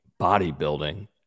bodybuilding